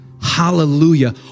Hallelujah